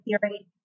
theory